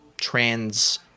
trans